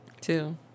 Two